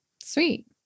sweet